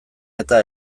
eta